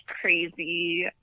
crazy